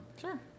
Sure